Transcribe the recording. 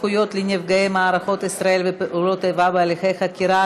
לנפגעי מערכות ישראל ופעולות איבה בהליכי חקירה,